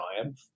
triumph